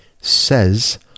says